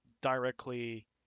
directly